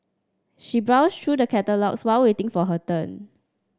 she browsed through the catalogues while waiting for her turn